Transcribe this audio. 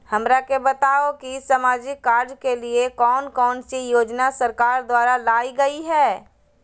हमरा के बताओ कि सामाजिक कार्य के लिए कौन कौन सी योजना सरकार द्वारा लाई गई है?